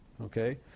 okay